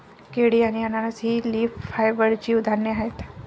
केळी आणि अननस ही लीफ फायबरची उदाहरणे आहेत